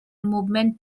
movement